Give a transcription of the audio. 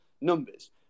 numbers